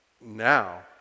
now